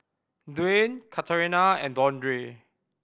Dwyane Katharina and Dondre